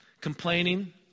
Complaining